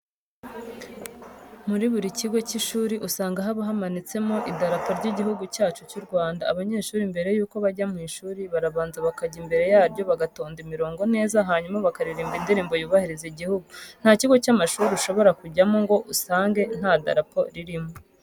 Muri buri kigo cy'ishuri usanga haba hamanitsemo idarapo ry'igihugu cyacu cy'u Rwanda. Abanyeshuri mbere yuko bajya mu ishuri barabanza bakajya imbere yaryo bagatonda imirongo neza hanyuma bakaririmba indirimbo yubahiriza igihugu. Nta kigo cy'amashuri ushobora kujyamo ngo usange nta darapo ririmo.